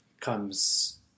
comes